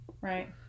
right